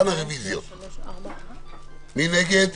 מי נגד?